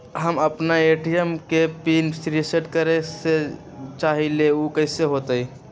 हम अपना ए.टी.एम के पिन रिसेट करे के चाहईले उ कईसे होतई?